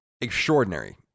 extraordinary